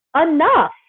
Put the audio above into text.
enough